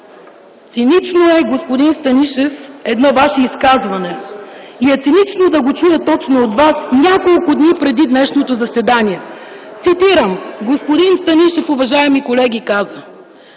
Цинично е, господин Станишев, едно Ваше изказване. И е цинично да го чуя точно от Вас няколко дни преди днешното заседание. Цитирам. Господин Станишев, уважаеми колеги, казва: